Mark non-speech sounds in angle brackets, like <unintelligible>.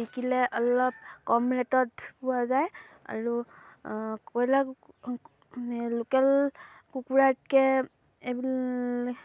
বিকিলে অলপ কম ৰেটত পোৱা যায় আৰু কইলা <unintelligible> লোকেল কুকুৰাতকৈ <unintelligible>